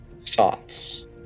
thoughts